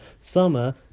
Summer